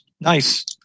Nice